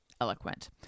eloquent